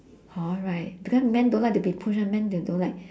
hor right because men don't like to be push one men they don't like